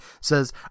says